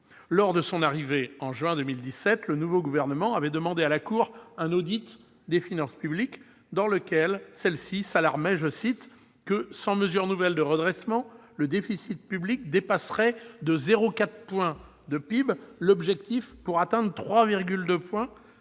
Lors de son arrivée en juin 2017, le nouveau gouvernement avait demandé à la Cour des comptes un « audit » des finances publiques, dans lequel celle-ci s'alarmait du fait que « sans mesures nouvelles de redressement, le déficit public dépasserait de 0,4 point de PIB l'objectif, pour atteindre 3,2 points